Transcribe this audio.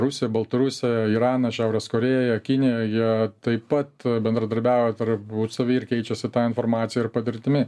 rusija baltarusija iranas šiaurės korėja kinija jie taip pat bendradarbiauja tarpusavy ir keičiasi informacija ir patirtimi